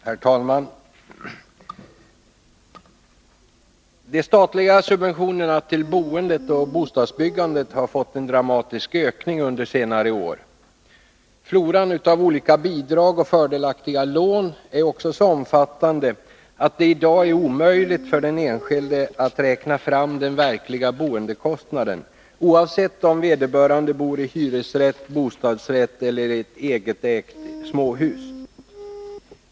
Herr talman! De statliga subventionerna till boendet och bostadsbyggandet har fått en dramatisk ökning under senare år. Floran av olika bidrag och fördelaktiga lån är också så omfattande att det i dag är omöjligt för den enskilde att räkna fram den verkliga boendekostnaden, oavsett om vederbörande bor i hyresrätt, bostadsrätt eller egenägt småhus.